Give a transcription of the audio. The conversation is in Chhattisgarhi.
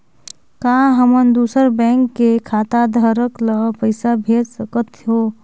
का हमन दूसर बैंक के खाताधरक ल पइसा भेज सकथ हों?